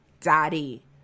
Daddy